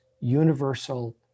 universal